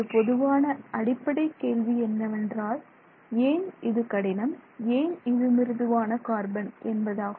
ஒரு பொதுவான அடிப்படை கேள்வி என்னவென்றால் ஏன் இது கடினம் ஏன் இது மிருதுவான கார்பன் என்பதாகும்